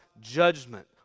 judgment